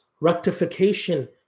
rectification